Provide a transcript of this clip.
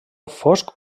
fosc